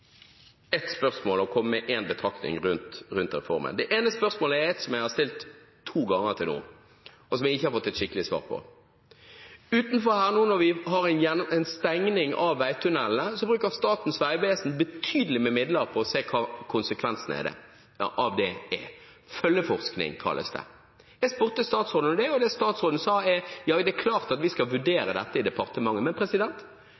et spørsmål og komme med en betraktning rundt reformen. Det ene spørsmålet har jeg stilt to ganger til nå, men ikke fått et skikkelig svar på. Når vi har stengning av veitunneler, bruker Statens vegvesen betydelig med midler på å se hva konsekvensene av det er. Følgeforskning kalles det. Jeg spurte statsråden om det, og det statsråden svarte, er at det er klart at vi skal vurdere dette i departementet. Men